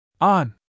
On